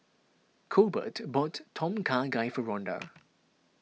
Colbert bought Tom Kha Gai for Ronda